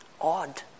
odd